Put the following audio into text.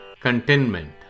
contentment